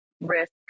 risk